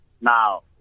Now